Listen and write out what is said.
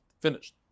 finished